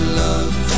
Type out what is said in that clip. love